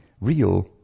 real